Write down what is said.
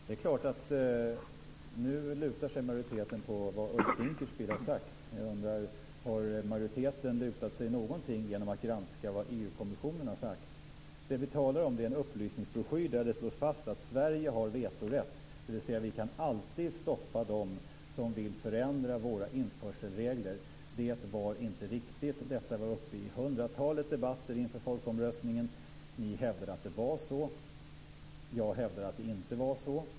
Herr talman! Nu lutar sig majoriteten mot vad Ulf Dinkelspiel har sagt. Jag undrar om majoriteten har granskat vad EU-kommissionen har sagt. Vi talar om en upplysningsbroschyr där det slås fast att Sverige har vetorätt, dvs. vi kan alltid stoppa dem som vill förändra våra införselregler. Det var inte riktigt. Detta var uppe i hundratalet debatter inför folkomröstningen. Ni hävdade att det var så. Jag hävdade att det inte var så.